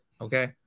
Okay